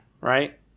Right